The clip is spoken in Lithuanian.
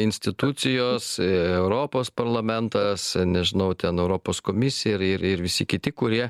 institucijos europos parlamentas nežinau ten europos komisija ir ir ir visi kiti kurie